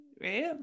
right